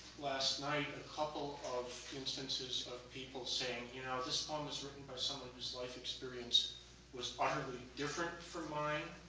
last night a couple of instances of people saying, you know, this poem is written by someone whose life experience was utterly different from mine,